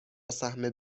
سهم